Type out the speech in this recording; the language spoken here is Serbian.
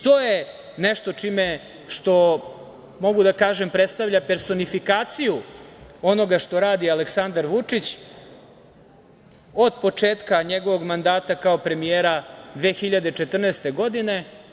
To je nešto što, mogu da kažem, predstavlja personifikaciju onoga što radi Aleksandar Vučić od početka njegovog mandata kao premijera 2014. godine.